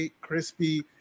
Crispy